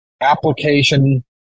application